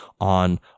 on